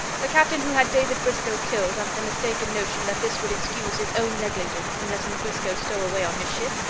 the captain who had david briscoe killed, under the mistaken notion that this would excuse his own negligence in letting briscoe stow away on his ship,